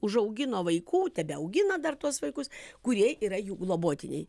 užaugino vaikų tebeaugina dar tuos vaikus kurie yra jų globotiniai